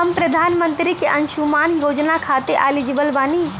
हम प्रधानमंत्री के अंशुमान योजना खाते हैं एलिजिबल बनी?